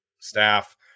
staff